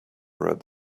red